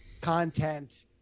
content